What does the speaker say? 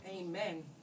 Amen